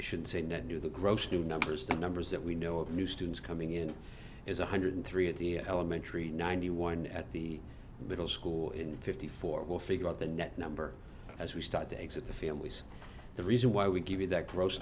i should say not new the gross new numbers the numbers that we know of new students coming in is one hundred three at the elementary ninety one at the middle school in fifty four will figure out the net number as we start to exit the families the reason why we give you that gross